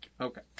Okay